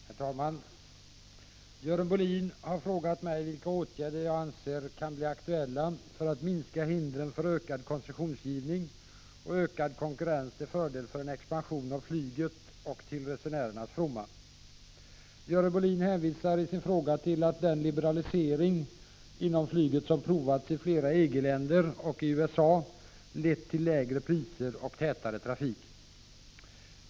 Herr talman! Görel Bohlin har frågat mig vilka åtgärder jag anser kan bli aktuella för att minska hindren för ökad koncessionsgivning och ökad konkurrens till fördel för en expansion av flyget och till resenärernas fromma. Görel Bohlin hänvisar i sin fråga till att den liberalisering inom flyget som provats i flera EG-länder och i USA lett till lägre priser och tätare trafik.